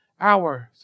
hours